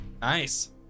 Nice